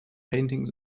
paintings